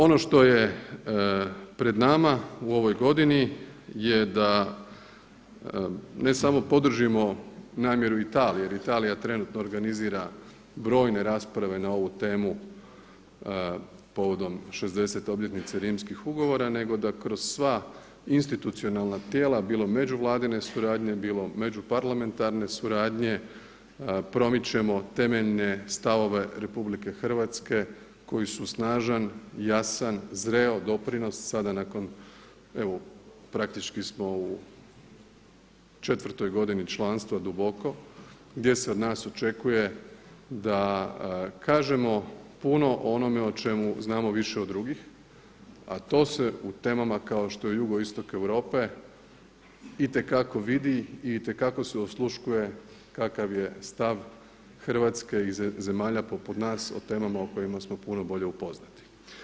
Ono što je pred nama u ovoj godini je da ne samo podržimo namjeru Italije jer Italija trenutno organizira brojne rasprave na ovu temu povodom 60. obljetnice Rimskih ugovora, nego da kroz sva institucionalna tijela bilo međuvladine suradnje, bilo međuparlamentarne suradnje promičemo temeljne stavove RH koji su snažan, jasan, zreo doprinos sada nakon evo praktički smo u četvrtoj godini članstva duboko, gdje se od nas očekuje da kažemo puno o onome o čemu znamo više od drugih, a to se u temama kao što je Jugoistok Europe itekako vidi i itekako se osluškuje kakav je stav Hrvatske i zemalja poput nas o temama o kojima smo puno bolje upoznati.